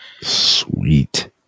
Sweet